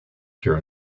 pure